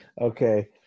Okay